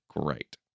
great